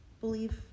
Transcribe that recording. believe